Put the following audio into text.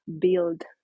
build